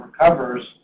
recovers